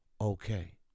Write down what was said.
okay